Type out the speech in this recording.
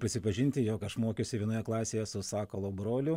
prisipažinti jog aš mokiausi vienoje klasėje su sakalo broliu